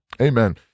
Amen